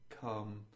come